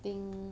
think